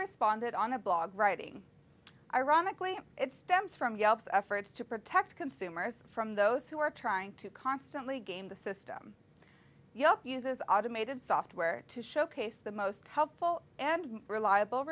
blog writing ironically it stems from yelps efforts to protect consumers from those who are trying to constantly game the system yup uses automated software to showcase the most helpful and reliable